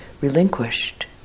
relinquished